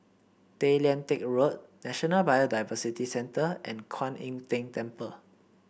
Tay Lian Teck Road National Biodiversity Centre and Kuan Im Tng Temple